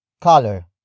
color